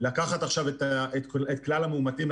לקחת עכשיו את כלל המאומתים,